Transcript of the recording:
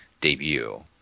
debut